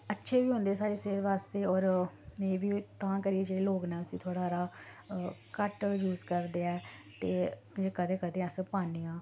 अच्छे बी होंदे साढ़ी सेह्त होर नेईं बी तां करियै जेह्ड़े लोक न उसी थोह्ड़ा हारा घट्ट यूज करदे ऐ ते कदें कदें अस पान्ने आं